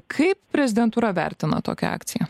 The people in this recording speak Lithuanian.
kaip prezidentūra vertina tokią akciją